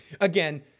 Again